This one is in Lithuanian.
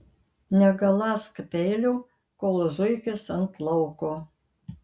negaląsk peilio kol zuikis ant lauko